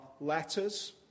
letters